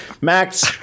Max